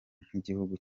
nk’igihugu